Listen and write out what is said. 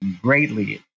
greatly